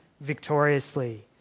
victoriously